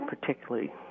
particularly